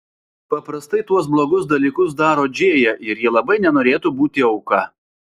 paprastai tuos blogus dalykus daro džėja ir ji labai nenorėtų būti auka